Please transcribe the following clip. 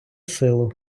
силу